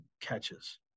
catches